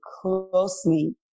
closely